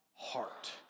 heart